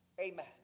amen